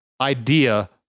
idea